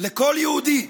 לכל יהודי,